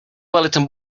bulletin